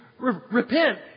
repent